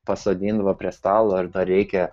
pasodindavo prie stalo ir tą reikia